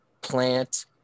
plant